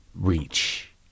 reach